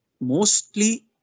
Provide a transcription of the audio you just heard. mostly